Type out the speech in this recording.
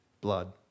blood